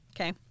Okay